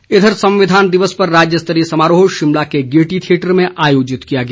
समारोह इधर संविधान दिवस पर राज्य स्तरीय समारोह शिमला के गेयटी थियेटर में आयोजित किया गया